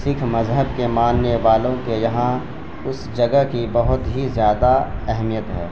سکھ مذہب کے ماننے والوں کے یہاں اس جگہ کی بہت ہی زیادہ اہمیت ہے